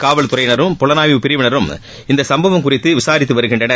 காவல்துறையினரும் புலனாய்வு பிரிவினரும் இச்சம்பவம் குறித்து விசாரித்து வருகின்றனர்